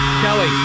Kelly